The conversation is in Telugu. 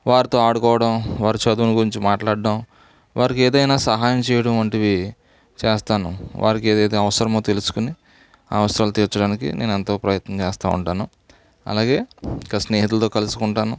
వారితో ఆడుకోవడం వారు చదువుని గురించి మాట్లాడ్డం వారికి ఏదైనా సహాయం చేయడం వంటివి చేస్తాను వారికి ఏదైతే అవసరమో తెలుసుకుని ఆ అవసరాలు తీర్చడానికి నేను ఎంతో ప్రయత్నం చేస్తూ ఉంటాను అలాగే ఇక స్నేహితులతో కలుసుకుంటాను